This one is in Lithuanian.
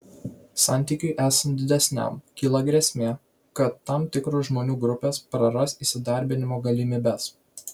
santykiui esant didesniam kyla grėsmė kad tam tikros žmonių grupės praras įsidarbinimo galimybes